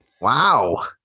Wow